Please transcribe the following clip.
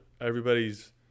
everybody's